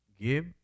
Give